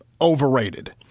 overrated